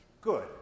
Good